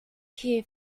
hear